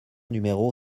numéro